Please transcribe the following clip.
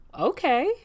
okay